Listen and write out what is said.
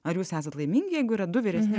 ar jūs esate laimingi jeigu yra du vyresni